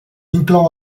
inclou